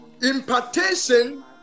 Impartation